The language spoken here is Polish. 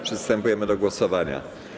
Przystępujemy do głosowania.